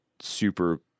super